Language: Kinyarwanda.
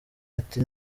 ati